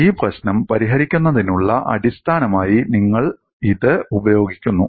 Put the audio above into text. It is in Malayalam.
ഈ പ്രശ്നം പരിഹരിക്കുന്നതിനുള്ള അടിസ്ഥാനമായി നിങ്ങൾ ഇത് ഉപയോഗിക്കുന്നു